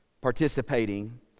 participating